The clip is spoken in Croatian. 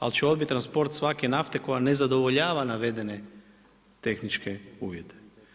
Ali će odbiti transport svake nafte koja ne zadovoljava navedene tehničke uvjete.